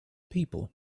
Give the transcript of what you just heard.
people